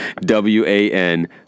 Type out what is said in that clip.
W-A-N